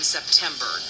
September